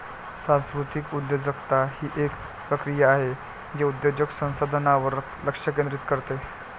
सांस्कृतिक उद्योजकता ही एक प्रक्रिया आहे जे उद्योजक संसाधनांवर लक्ष केंद्रित करते